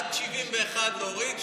עד 71 להוריד.